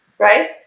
Right